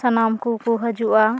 ᱥᱟᱱᱟᱢ ᱠᱚᱠᱚ ᱦᱟᱹᱡᱩᱜᱼᱟ